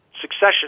succession